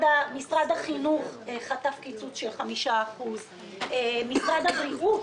משרד החינוך חטף קיצוץ של 5%. משרד הבריאות